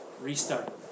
Restart